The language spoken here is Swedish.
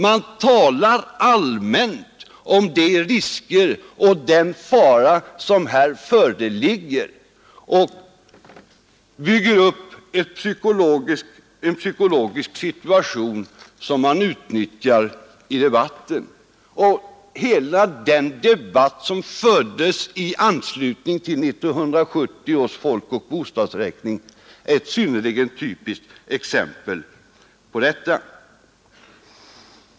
Man talar allmänt om de risker och den fara som här föreligger och bygger upp en psykologisk situation som man utnyttjar i debatten. Hela den debatt som fördes i anslutning till 1970 års folkoch bostadsräkning är ett typiskt exempel på detta.